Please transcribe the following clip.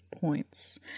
points